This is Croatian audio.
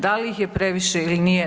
Da li ih je previše ili nije.